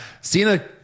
cena